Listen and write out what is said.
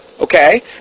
Okay